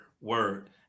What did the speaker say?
word